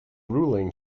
ruling